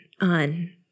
on